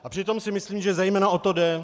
A přitom si myslím, že zejména o to jde.